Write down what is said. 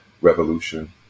revolution